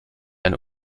ein